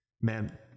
man